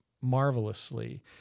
marvelously